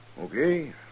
Okay